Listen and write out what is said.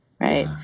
Right